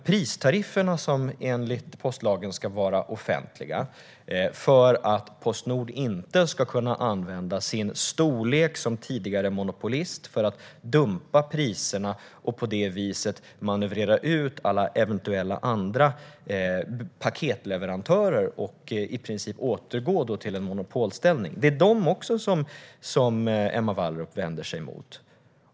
Pristarifferna, som enligt postlagen ska vara offentliga för att Postnord inte ska kunna använda sin storlek som tidigare monopolist för att dumpa priserna och på det viset manövrera ut eventuella andra paketleverantörer och i princip återgå till en monopolställning, vänder sig Emma Wallrup också mot.